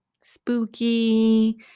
Spooky